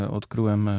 odkryłem